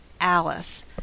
Alice